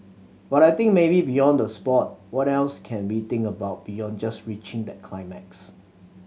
but I think maybe beyond the sport what else can we think about beyond just reaching that climax